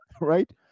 right